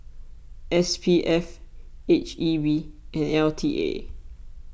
S P F H E B and L T A